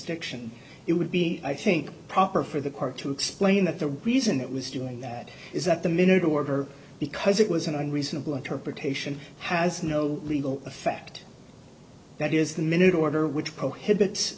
jurisdiction it would be i think proper for the court to explain that the reason it was doing that is that the minute order because it was an unreasonable interpretation has no legal effect that is the minute order which prohibits